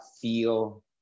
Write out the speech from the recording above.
feel